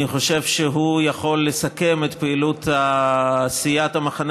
אני חושב שהוא יכול לסכם את פעילות סיעת המחנה